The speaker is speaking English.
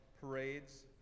parades